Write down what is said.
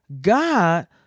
God